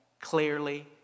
clearly